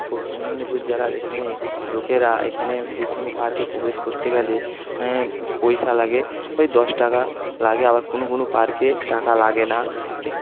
পশ্চিম মেদিনীপুর জেলার এখানে লোকেরা এখানে যেকোনও পার্কে প্রবেশ করতে গেলে পয়সা লাগে ওই দশ টাকা লাগে আবার কোনও কোনও পার্কে টাকা লাগে না